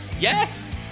Yes